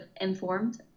informed